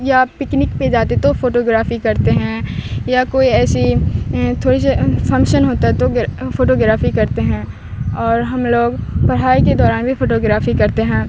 یا پکنک پہ جاتے تو فوٹوگرافی کرتے ہیں یا کوئی ایسی تھوڑی سی فنکشن ہوتا ہے تو فوٹوگرافی کرتے ہیں اور ہم لوگ پڑھائی کے دوران بھی فوٹوگرافی کرتے ہیں